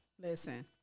listen